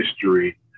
history